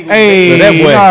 Hey